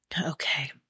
Okay